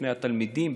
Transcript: מפני התלמידים,